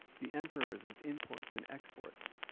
the emperors of imports and exports